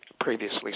previously